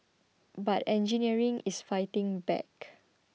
but engineering is fighting back